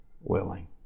willing